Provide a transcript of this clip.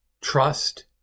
Trust